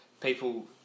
People